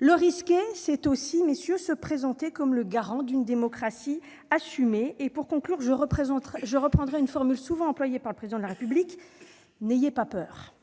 Le risquer, c'est en revanche se présenter comme le garant d'une démocratie assumée. Je conclurai par une formule souvent employée par le Président de la République :« N'ayez pas peur